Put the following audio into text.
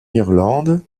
irlande